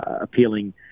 appealing